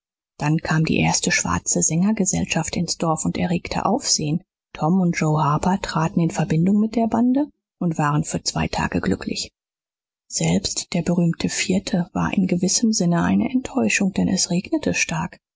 dann kam die erste schwarze sängergesellschaft ins dorf und erregte aufsehen tom und joe harper traten in verbindung mit der bande und waren für zwei tage glücklich selbst der berühmte vierte war in gewissem sinne eine enttäuschung denn es regnete stark